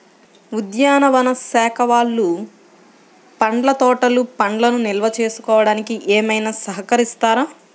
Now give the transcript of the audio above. ఉద్యానవన శాఖ వాళ్ళు పండ్ల తోటలు పండ్లను నిల్వ చేసుకోవడానికి ఏమైనా సహకరిస్తారా?